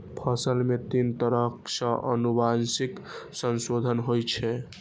फसल मे तीन तरह सं आनुवंशिक संशोधन होइ छै